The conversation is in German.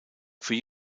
für